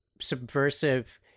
subversive